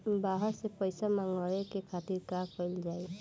बाहर से पइसा मंगावे के खातिर का कइल जाइ?